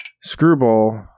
Screwball